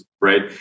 right